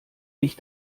mich